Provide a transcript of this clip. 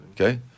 Okay